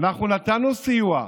אנחנו נתנו סיוע.